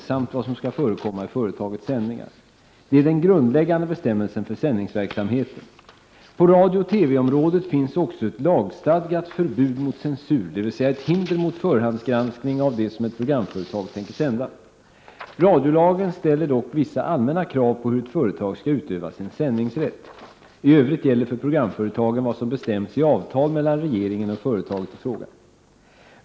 skall förekomma i företagets sändningar. Detta är den grundläggande bestämmelsen för sändningsverksamheten. På radiooch TV-området finns också ett lagstadgat förbud mot censur, dvs. ett hinder mot förhandsgranskning av det som ett programföretag tänker sända. Radiolagen ställer dock vissa allmänna krav på hur ett företag skall utöva sin sändningsrätt. I övrigt gäller för programföretagen vad som bestäms i avtal mellan regeringen och företaget i fråga.